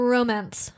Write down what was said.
Romance